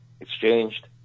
exchanged